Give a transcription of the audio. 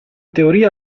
teoria